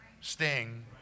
Sting